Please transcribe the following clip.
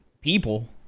people